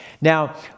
Now